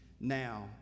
now